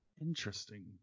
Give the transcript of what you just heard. Interesting